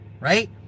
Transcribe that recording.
Right